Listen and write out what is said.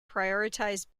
prioritized